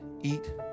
eat